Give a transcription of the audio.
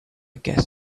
guess